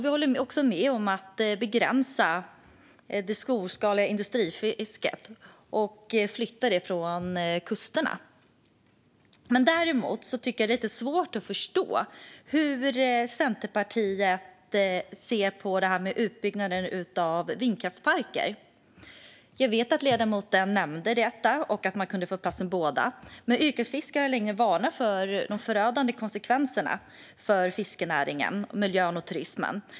Vi håller även med om att det storskaliga industrifisket bör begränsas och flyttas från kusterna. Däremot tycker jag att det är lite svårt att förstå hur Centerpartiet ser på det här med utbyggnaden av vindkraftsparker. Jag vet att ledamoten nämnde detta och att man kunde få plats med båda delarna. Men yrkesfiskare har länge varnat för de förödande konsekvenserna för fiskenäringen, miljön och turismen.